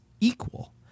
equal